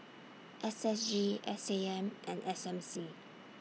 S S G S A M and S M C